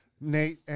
Nate